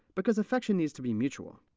because affection needs to be mutual.